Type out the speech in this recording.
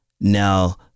Now